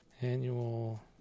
annual